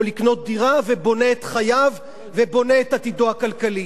לקנות דירה ובונה את חייו ובונה את עתידו הכלכלי.